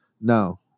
no